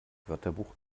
wörterbuch